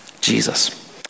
Jesus